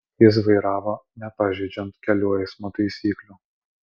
jis vairavo nepažeidžiant kelių eismo taisyklių